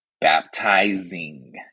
Baptizing